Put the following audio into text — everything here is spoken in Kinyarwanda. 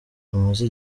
amaze